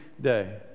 day